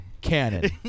canon